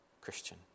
Christian